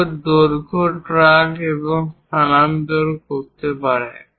কেউ দৈর্ঘ্য ট্র্যাক এবং স্থানান্তর করতে পারে